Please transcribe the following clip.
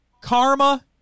Karma